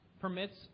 permits